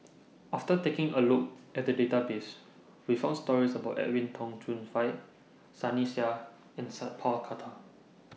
after taking A Look At The Database We found stories about Edwin Tong Chun Fai Sunny Sia and Sat Pal Khattar